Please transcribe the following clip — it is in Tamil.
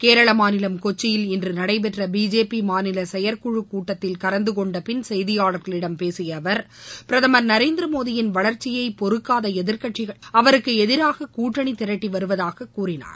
கேரள மாநிலம் கொச்சியில் இன்று நடைபெற்ற பிஜேபி மாநில செயற்குழு கூட்டத்தில் கலந்துகொண்டபின் செய்தியாளர்களிடம பேசிய அவர் பிரதமர் நரேந்திரமோடியின் வளர்ச்சியை பொறுக்காத எதிர்கட்சிகள் அவருக்கு எதிராக கூட்டணி திரட்டி வருவதாக அவர் கூறினார்